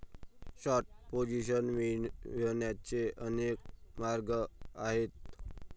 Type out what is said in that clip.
short position मिळवण्याचे अनेक मार्ग आहेत